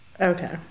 okay